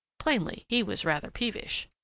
plainly he was rather peevish.